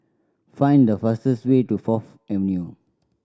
find the fastest way to Fourth Avenue